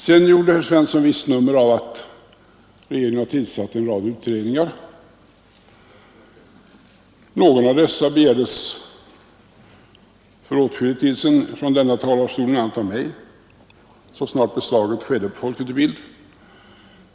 Så gjorde herr Svensson ett visst nummer av att regeringen har tillsatt en rad utredningar, men några av de utredningarna begärdes för åtskillig tid sedan från denna talarstol, bl.a. av mig, så snart man hade gjort beslaget av Folket i Bild/Kulturfront.